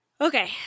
Okay